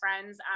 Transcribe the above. friends